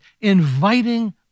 inviting